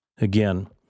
Again